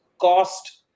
cost